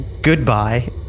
goodbye